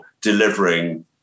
delivering